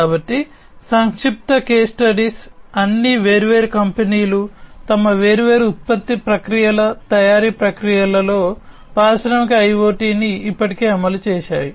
కాబట్టి సంక్షిప్త case studies అన్ని వేర్వేరు కంపెనీలు తమ వేర్వేరు ఉత్పత్తి ప్రక్రియల తయారీ ప్రక్రియలలో పారిశ్రామిక ఐయోటిని ఇప్పటికే అమలు చేశాయి